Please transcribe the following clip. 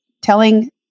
telling